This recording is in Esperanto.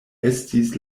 estis